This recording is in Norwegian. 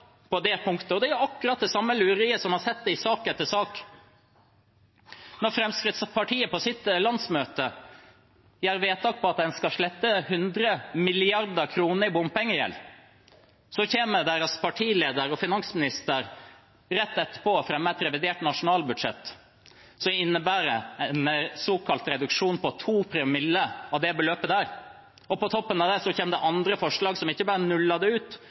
på det punktet, og det er akkurat det samme lureriet vi har sett i sak etter sak. Når Fremskrittspartiet på sitt landsmøte gjør vedtak på at en skal slette 100 mrd. kr i bompengegjeld, kommer deres partileder og finansminister rett etterpå og fremmer et revidert nasjonalbudsjett som innebærer en såkalt reduksjon på 2 promille av det beløpet. På toppen av det kommer det andre forslag som ikke bare nuller det ut,